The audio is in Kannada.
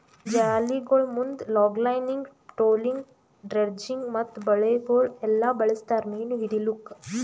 ಜಾಲಿಗೊಳ್ ಮುಂದ್ ಲಾಂಗ್ಲೈನಿಂಗ್, ಟ್ರೋಲಿಂಗ್, ಡ್ರೆಡ್ಜಿಂಗ್ ಮತ್ತ ಬಲೆಗೊಳ್ ಎಲ್ಲಾ ಬಳಸ್ತಾರ್ ಮೀನು ಹಿಡಿಲುಕ್